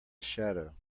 shadow